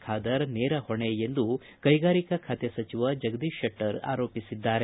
ಖಾದರ್ ನೇರ ಹೊಣೆ ಎಂದು ಕೈಗಾರಿಕಾ ಖಾತೆ ಸಚಿವ ಜಗದೀಶ್ ಆರೋಪಿಸಿದ್ದಾರೆ